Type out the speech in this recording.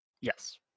Yes